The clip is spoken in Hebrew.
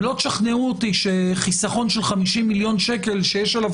ולא תשכנעו אותי שחיסכון של 50 מיליון שקל שיש עליו